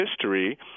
history